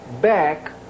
back